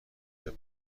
بالن